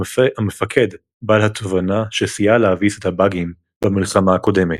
המפקד בעל התובנה שסייעה להביס את הבאגים במלחמה הקודמת.